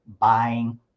buying